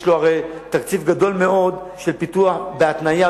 הרי יש לו תקציב גדול מאוד של פיתוח בהתניה.